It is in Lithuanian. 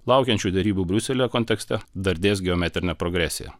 laukiančių derybų briuselyje kontekste dardės geometrine progresija